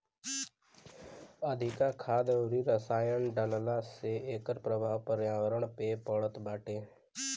अधिका खाद अउरी रसायन डालला से एकर प्रभाव पर्यावरण पे पड़त बाटे